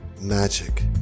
magic